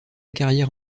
carrière